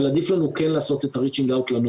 אבל עדיף לנו כן לעשות את ה- reaching outלנוער.